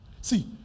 See